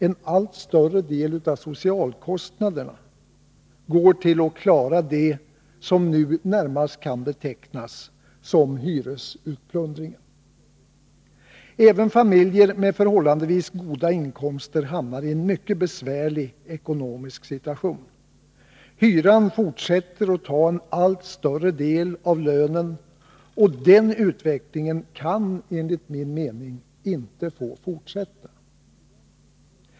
En allt större del av socialkostnaderna går till att klara det som nu närmast kan betecknas som hyresutplundring. Även familjer med förhållandevis goda inkomster hamnar i en mycket besvärlig ekonomisk situation. Hyran fortsätter att ta en allt större del av lönen, och den utvecklingen kan enligt min mening inte få fortsätta.